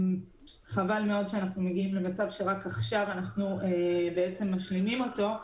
חבל מאוד שאנחנו מגיעים למצב שרק עכשיו אנחנו בעצם משלימים אותו,